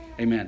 Amen